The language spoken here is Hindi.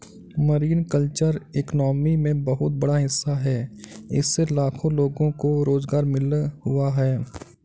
मरीन कल्चर इकॉनमी में बहुत बड़ा हिस्सा है इससे लाखों लोगों को रोज़गार मिल हुआ है